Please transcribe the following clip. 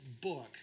book